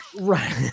Right